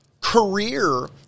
career